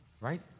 right